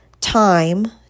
time